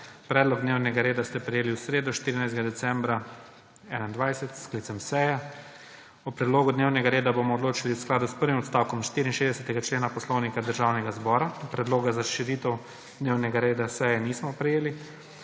Predlog dnevnega reda ste prejeli v sredo, 14. decembra 2021, s sklicem seje. O predlogu dnevnega reda bomo odločali v skladu s prvim odstavkom 64. člena Poslovnika Državnega zbora. Ker predloga za širitev dnevnega reda seje nismo prejeli,